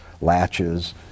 latches